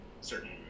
certain